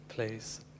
Please